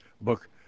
book